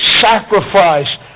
sacrifice